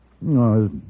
No